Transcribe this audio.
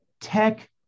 tech